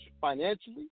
financially